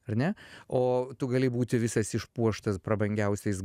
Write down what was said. ar ne o tu gali būti visas išpuoštas prabangiausiais